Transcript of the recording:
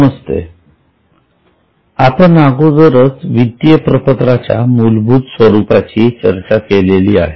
नमस्ते आपण अगोदरच वित्तीय प्रपत्राच्या मूलभूत स्वरूपाची चर्चा केलेली आहे